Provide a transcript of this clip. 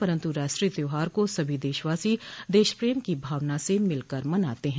परन्तु राष्ट्रीय त्यौहार को सभी देशवासी देशप्रेम की भावना के मिलकर मनाते है